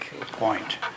point